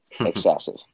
excessive